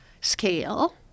scale